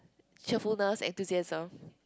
cheerfulness enthusiasm